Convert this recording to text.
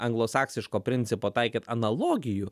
anglosaksiško principo taikyt analogijų